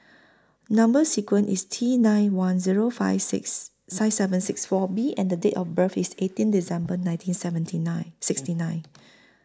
Number sequence IS T nine one Zero five six five seven six four B and Date of birth IS eighteen December nineteen seventy nine sixty nine